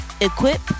Equip